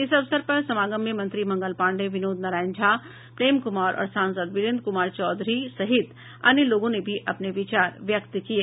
इस अवसर पर समागम में मंत्री मंगल पांडेय विनोद नारायण झा प्रेम कुमार और सांसद वीरेंद्र कुमार चौधरी सहित अन्य लोगों ने भी अपने विचार व्यक्त किये